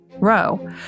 row